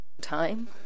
Time